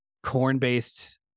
corn-based